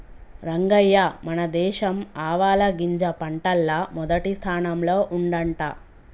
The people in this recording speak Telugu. రంగయ్య మన దేశం ఆవాలగింజ పంటల్ల మొదటి స్థానంల ఉండంట